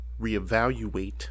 reevaluate